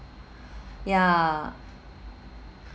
ya